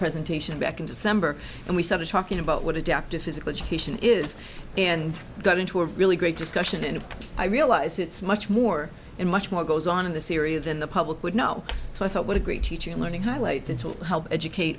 presentation back in december and we started talking about what adaptive physical education is and got into a really great discussion and i realized it's much more in much more goes on in the syria than the public would know so i thought what a great teacher and learning highlight this will help educate